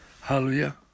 Hallelujah